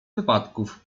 wypadków